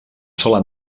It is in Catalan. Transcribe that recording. sola